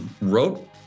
wrote